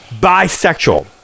Bisexual